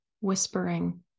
whispering